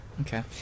Okay